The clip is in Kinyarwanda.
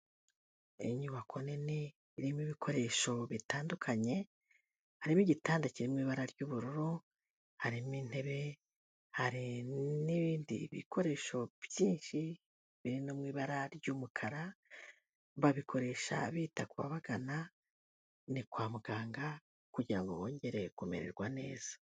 Iyi nyubako nini irimo ibikoresho bitandukanye, harimo igitanda kiri mu ibara ry'ubururu, harimo intebe, hari n'ibindi bikoresho byinshi biri mu ibara ry'umukara, babikoresha bita ku babagana, ni kwa muganga kugira ngo bongere kumererwa neza.